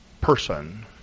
person